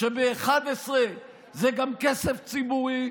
כשב-11 זה גם כסף ציבורי,